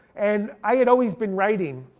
and i had always been writing,